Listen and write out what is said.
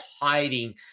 hiding